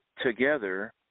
together